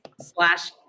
slash